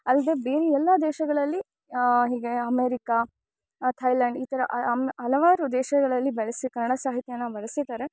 ಅಲ್ಲದೆ ಬೇರೆ ಎಲ್ಲ ದೇಶಗಳಲ್ಲಿ ಹೀಗೆ ಅಮೇರಿಕ ಥೈಲ್ಯಾಂಡ್ ಈ ಥರ ಅಮ್ ಹಲವಾರು ದೇಶಗಳಲ್ಲಿ ಬಳಸಿ ಕನ್ನಡ ಸಾಹಿತ್ಯನ ಬಳಸಿದಾರೆ